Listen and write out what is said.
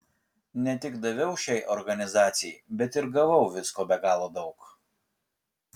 ne tik daviau šiai organizacijai bet ir gavau visko be galo daug